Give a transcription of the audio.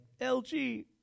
LG